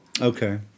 Okay